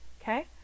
Okay